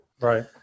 Right